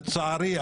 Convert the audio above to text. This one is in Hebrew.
לצערי,